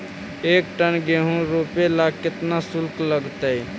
एक टन गेहूं रोपेला केतना शुल्क लगतई?